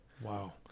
Wow